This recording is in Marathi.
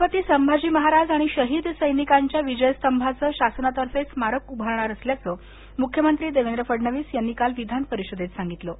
छत्रपती संभाजी महाराज आणि शहीद सैनिकांच्या विजयस्तंभाचं शासनातर्फे स्मारक उभारणार असल्याचं मुख्यमंत्री देवेंद्र फडणवीस यांनी काल विधानपरिषदेत सांगितलं